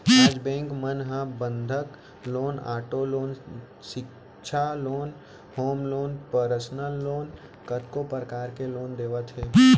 आज बेंक मन ह बंधक लोन, आटो लोन, सिक्छा loan, home loan, personal loan कतको परकार ले लोन देवत हे